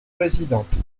présidente